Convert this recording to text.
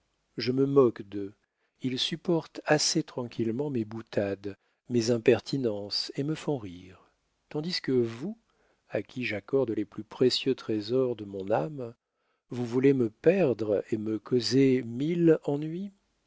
je me moque d'eux ils supportent assez tranquillement mes boutades mes impertinences et me font rire tandis que vous à qui j'accorde les plus précieux trésors de mon âme vous voulez me perdre et me causez mille ennuis